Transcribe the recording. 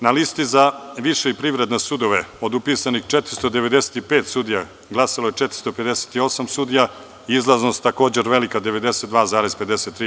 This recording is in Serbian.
Na listi za više i privredne sudove, od upisanih 495 sudija, glasalo je 458 sudija, izlaznost takođe velika – 92,53%